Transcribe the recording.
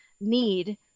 need